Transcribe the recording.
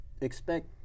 expect